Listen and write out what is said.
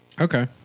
okay